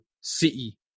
city